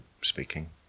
speaking